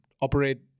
operate